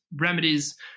remedies